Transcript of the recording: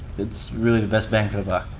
it's really the best bang for the